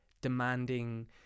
demanding